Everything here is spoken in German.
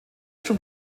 schon